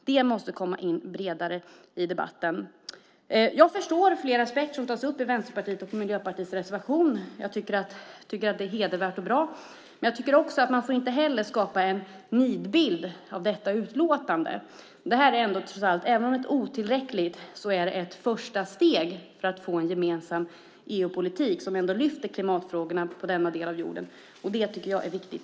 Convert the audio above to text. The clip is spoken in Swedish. Det måste komma in bredare i debatten. Jag förstår flera aspekter som tas upp i Vänsterpartiets och Miljöpartiets reservation. Det är hedervärt och bra, men man får inte skapa en nidbild av detta utlåtande. Även om det är otillräckligt är det ett första steg mot en gemensam EU-politik som lyfter klimatfrågorna på denna del av jorden. Det, om något, är viktigt.